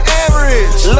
average